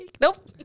nope